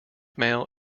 mail